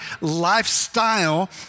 lifestyle